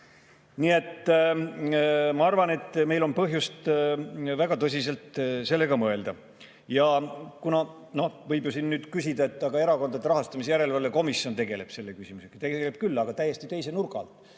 Nii et ma arvan, et meil on põhjust väga tõsiselt selle üle mõelda. Noh, võib ju siin nüüd [öelda], et aga Erakondade Rahastamise Järelevalve Komisjon tegeleb selle küsimusega. Tegeleb küll, aga täiesti teise nurga